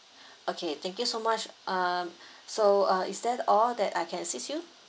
okay thank you so much um so uh is that all that I can assist you